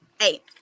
Eight